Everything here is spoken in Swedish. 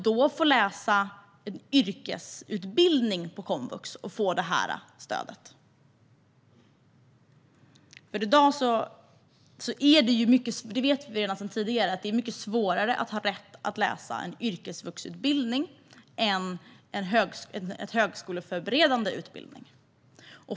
Detta är någonting som även Arbetsförmedlingen tar upp som en fråga i sina remissvar. Vi vet sedan tidigare att det i dag är mycket svårare att få rätt att läsa en yrkesvuxutbildning än en högskoleförberedande utbildning.